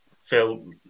Phil